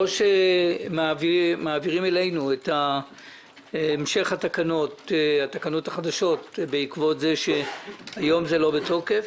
או שמעבירים אלינו את המשך התקנות החדשות בעקבות זה שהיום זה לא בתוקף,